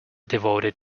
devoted